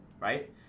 right